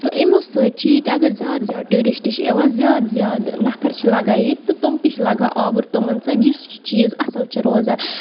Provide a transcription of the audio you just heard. تہٕ یِمو سۭتۍ چھِ اَگر ییٚتہِ زیادٕ زیادٕ ٹیٚوٗرِسٹ چھِ یِوان زیادٕ زیادٕ نَفر چھِ لگان ییٚتہِ تہٕ تِم تہِ چھِ لگان آوُر تِمن سۭتۍ یُس چیٖز اَصٕل چھُ روزان